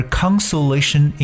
consolation